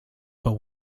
but